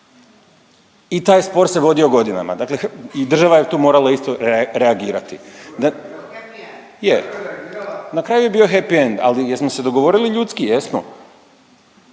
i taj spor se vodio godinama, dakle i država je tu morala isto reagirati. …/Upadice se ne razumiju./… Je, na kraju je bio happy end, ali jesmo se dogovorili ljudski jesmo,